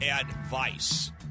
advice